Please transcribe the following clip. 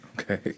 Okay